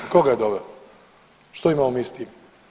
Tko ga je doveo, što imamo mi s tim?